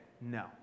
no